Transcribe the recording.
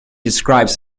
describes